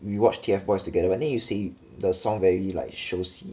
we watched T_F boys together [what] then you say the song very like 熟悉